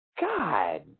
God